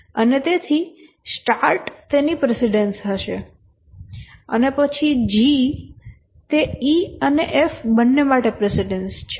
અને તેથી સ્ટાર્ટ તેની પ્રિસીડેન્સ હશે અને પછી G તે E અને F બંને માટે પ્રિસીડેન્સ છે